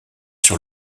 sur